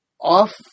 off